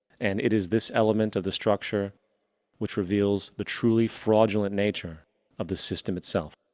and it is this element of the structure which reveals the truly fraudulent nature of the system itself.